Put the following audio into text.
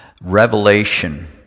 Revelation